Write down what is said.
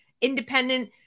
independent